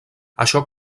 això